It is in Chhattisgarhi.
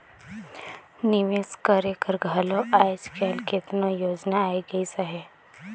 निवेस करे कर घलो आएज काएल केतनो योजना आए गइस अहे